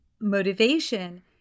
motivation